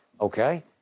Okay